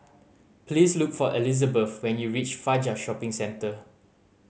please look for Elizabeth when you reach Fajar Shopping Centre